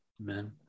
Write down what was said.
Amen